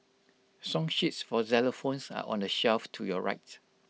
song sheets for xylophones are on the shelf to your right